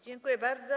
Dziękuję bardzo.